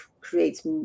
creates